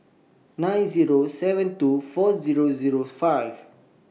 nine Zero seven two four Zero Zero five